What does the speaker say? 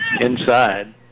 Inside